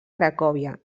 cracòvia